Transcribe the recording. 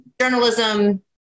journalism